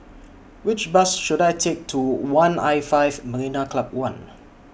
Which Bus should I Take to one L five Marina Club one